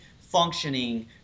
functioning